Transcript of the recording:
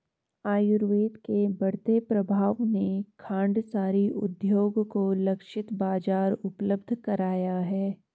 आयुर्वेद के बढ़ते प्रभाव ने खांडसारी उद्योग को लक्षित बाजार उपलब्ध कराया है